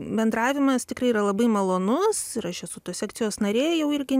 bendravimas tikrai yra labai malonus ir aš esu tos sekcijos narė jau irgi